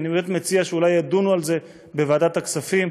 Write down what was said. אני באמת מציע שאולי ידונו בזה בוועדת הכספים.